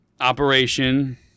operation